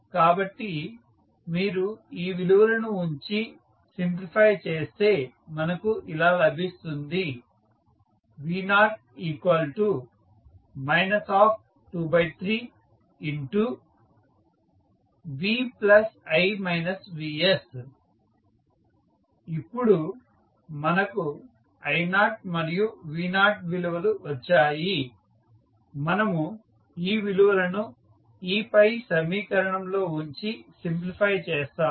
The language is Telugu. కాబట్టి మీరు ఈ విలువలను ఉంచి సింప్లిఫై చేస్తే మనకు ఇలా లభిస్తుంది v0 23v i vs ఇప్పుడు మనకు i0 మరియు v0 విలువలు వచ్చాయి మనము ఈ విలువలను ఈ పై సమీకరణంలో ఉంచి సింప్లిఫై చేస్తాము